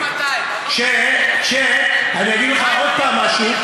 חיים, אני אגיד לך עוד פעם משהו.